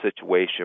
situation